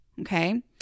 Okay